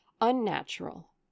Unnatural